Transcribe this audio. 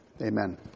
Amen